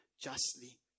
justly